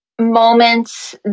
moments